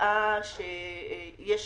שקבעה שיש